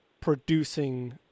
producing